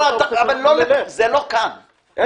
זה לא כאן.